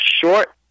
short